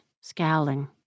scowling